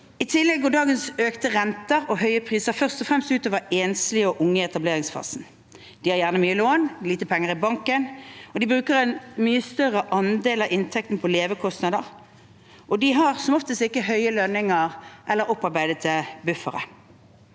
I tillegg går dagens økte renter og høye priser først og fremst ut over enslige og unge i etableringsfasen. De har gjerne mye lån og lite penger i banken, de bruker en mye større andel av inntekten på levekostnader, og de har som oftest ikke høye lønninger eller opparbeidede buffere.